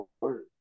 Word